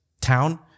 town